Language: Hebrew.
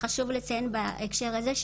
חשוב לציין בהקשר הזה,